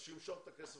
שימשוך את הכסף עכשיו.